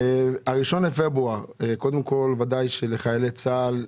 אמנם ה-1 בפברואר הוא טוב לחיילי צה"ל,